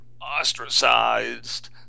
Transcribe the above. ostracized